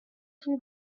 some